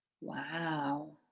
Wow